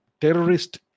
terrorist